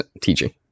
teaching